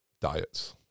diets